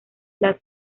las